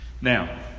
Now